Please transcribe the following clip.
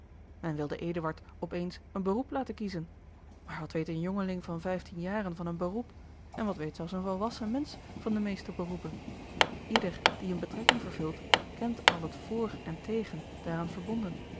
men wilde eduard op eens een beroep laten kiezen maar wat weet een jongeling van vijftien jaren van een beroep en wat weet zelfs een volwassen mensch van de meeste beroepen ieder die eene betrekking vervult kent al het vr en tégen daaraan verbonden